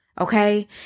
Okay